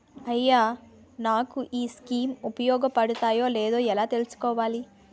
అయ్యా నాకు ఈ స్కీమ్స్ ఉపయోగ పడతయో లేదో ఎలా తులుసుకోవాలి?